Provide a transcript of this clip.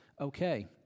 okay